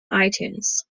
itunes